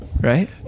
right